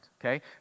okay